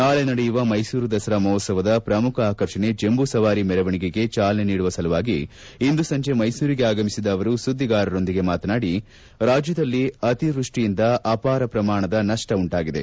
ನಾಳೆ ನಡೆಯುವ ಮೈಸೂರು ದಸರಾ ಮಹೋತ್ತವದ ಪ್ರಮುಖ ಆಕರ್ಷಣೆ ಜಂಬೂ ಸವಾರಿ ಮೆರವಣಿಗೆಗೆ ಚಾಲನೆ ನೀಡುವ ಸಲುವಾಗಿ ಇಂದು ಸಂಜೆ ಮೈಸೂರಿಗೆ ಆಗಮಿಸಿದ ಅವರು ಸುದ್ದಿಗಾರರೊಂದಿಗೆ ಮಾತನಾಡಿ ರಾಜ್ಯದಲ್ಲಿ ಅತಿವೃಷ್ಷಿಯಿಂದ ಅಪಾರ ನಷ್ಷ ಉಂಟಾಗಿದೆ